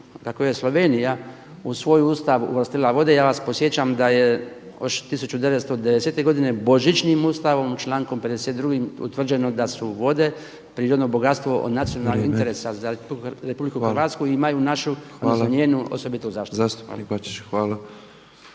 kako je Slovenija u svoj Ustav uvrstila vode ja vas podsjećam da je 1990. godine Božićnim ustavom člankom 52. utvrđeno da su vode prirodno bogatstvo od nacionalnog interesa … …/Upadica **Petrov, Božo (MOST)** Vrijeme. **Bačić, Branko